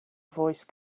voice